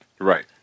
Right